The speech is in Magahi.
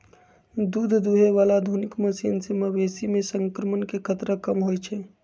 दूध दुहे बला आधुनिक मशीन से मवेशी में संक्रमण के खतरा कम होई छै